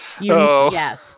yes